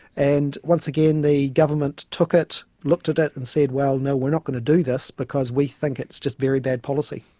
and once again the government took it, looked at it, and said, well no, we're not going to do this because we think it's just very bad policy.